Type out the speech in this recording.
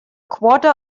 quarter